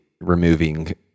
removing